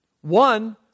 One